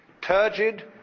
turgid